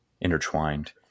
intertwined